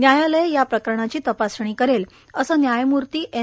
न्यायालय या प्रकरणाची तपासणी करेल असं न्यायमूर्ती एन